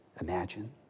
Imagine